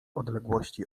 odległości